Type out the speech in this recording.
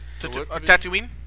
Tatooine